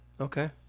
Okay